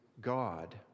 God